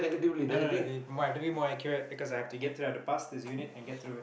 no no no if my have to be more accurate because I have to get three out a pass this unit and get through it